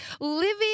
living